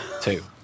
Two